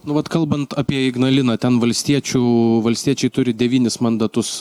nu vat kalbant apie ignaliną ten valstiečių valstiečiai turi devynis mandatus